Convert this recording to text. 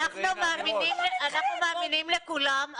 אנחנו מאמינים לכולם,